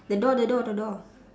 the door the door the door